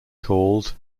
called